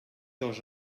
dos